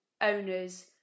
owners